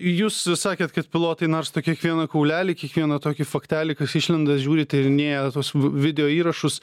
jūs sakėt kad pilotai narsto kiekvieną kaulelį kiekvieną tokį faktelį kas išlenda žiūri tyrinėja tuos video įrašus